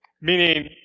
meaning